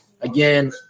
again